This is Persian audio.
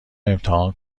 امتحان